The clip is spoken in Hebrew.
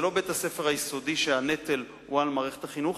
זה לא בית-הספר היסודי שהנטל הוא על מערכת החינוך.